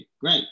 Great